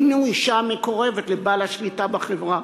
מינו אישה המקורבת לבעל השליטה בחברה.